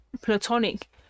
platonic